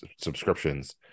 subscriptions